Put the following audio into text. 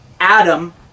Adam